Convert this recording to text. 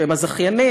שהם הזכיינים,